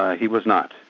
ah he was not.